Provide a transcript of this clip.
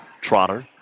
Trotter